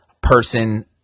person